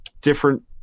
different